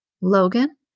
Logan